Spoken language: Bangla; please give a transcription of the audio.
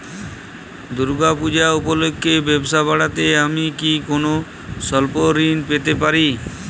দূর্গা পূজা উপলক্ষে ব্যবসা বাড়াতে আমি কি কোনো স্বল্প ঋণ পেতে পারি?